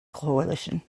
coalition